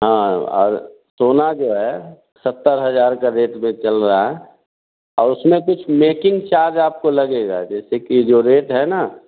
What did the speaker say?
हाँ और सोना जो है सत्तर हज़ार की रेट में चल रहा है औ उसमें कुछ मेकिंग चार्ज आपको लगेगा जैसे कि जो रेट है ना